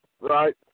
right